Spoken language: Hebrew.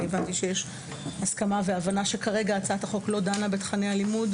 הבנתי שיש הסכמה והבנה שכרגע הצעת החוק לא דנה בתכני הלימוד.